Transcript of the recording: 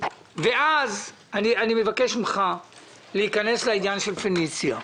ואז אני מבקש ממך להיכנס לעניין של פניציה.